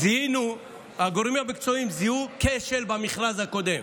הגורמים המקצועיים זיהו כשל במכרז הקודם.